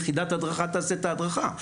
ויחידת הדרכה תעשה את ההדרכה.